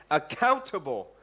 accountable